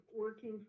working